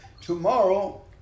tomorrow